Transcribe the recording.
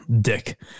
dick